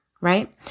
right